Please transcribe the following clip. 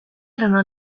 erano